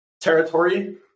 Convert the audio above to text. territory